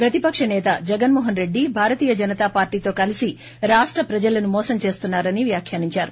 ప్రతిపక్ష నేత జగన్మోహన్ రెడ్డి భారతీయ జనతా పార్టీతో కలిసి రాష్ట ప్రజలను మోసం చేస్తున్నారని వ్యాఖ్యానించారు